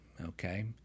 Okay